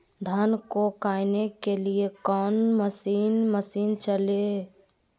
धन को कायने के लिए कौन मसीन मशीन चले?